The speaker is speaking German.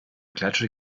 klatsche